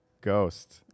ghost